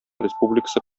республикасы